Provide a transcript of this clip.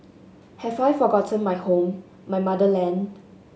have I forgotten my home my motherland